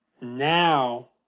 now